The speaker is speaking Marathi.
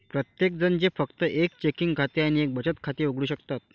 प्रत्येकजण जे फक्त एक चेकिंग खाते आणि एक बचत खाते उघडू शकतात